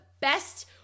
best